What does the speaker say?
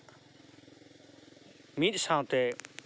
ᱢᱤᱫ ᱥᱟᱶᱛᱮ